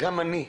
גם אני,